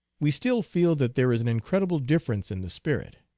we still feel that there is an incredible difference in the spirit.